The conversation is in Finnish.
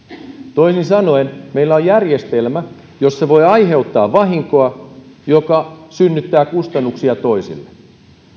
toisin sanoen meillä on järjestelmä jossa voi aiheuttaa vahinkoa joka synnyttää kustannuksia toisille